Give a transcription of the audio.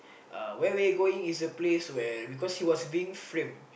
uh where where where you going is a place where because he was being framed